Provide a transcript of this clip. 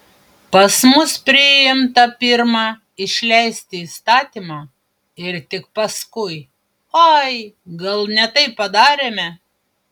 pas mus priimta pirma išleisti įstatymą ir tik paskui ai gal ne taip padarėme